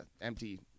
empty